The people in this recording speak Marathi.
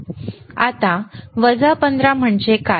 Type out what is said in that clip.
आता वजा 15 म्हणजे काय